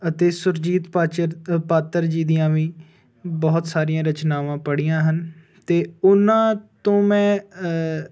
ਅਤੇ ਸੁਰਜੀਤ ਪਾਚਰ ਪਾਤਰ ਜੀ ਦੀਆਂ ਵੀ ਬਹੁਤ ਸਾਰੀਆਂ ਰਚਨਾਵਾਂ ਪੜ੍ਹੀਆਂ ਹਨ ਅਤੇ ਉਹਨਾਂ ਤੋਂ ਮੈਂ